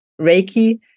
Reiki